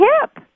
hip